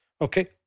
Okay